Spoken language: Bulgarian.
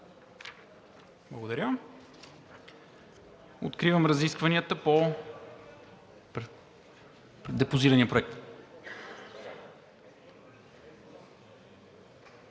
Благодаря. Откривам разискванията по депозирания проект.